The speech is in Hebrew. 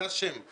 זה השם,